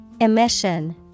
Emission